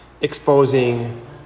exposing